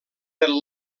del